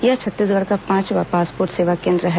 यह छत्तीसगढ़ का पांचवां पासपोर्ट सेवा केंद्र है